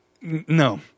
No